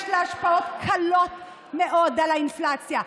יש לה השפעות קלות מאוד על האינפלציה.